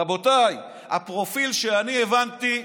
רבותיי, הפרופיל שאני הבנתי: